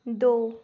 दो